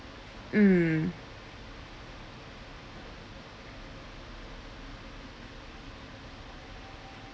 mm